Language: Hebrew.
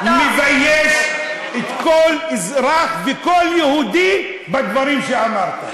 אתה מבייש כל אזרח וכל יהודי בדברים שאמרת.